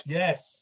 yes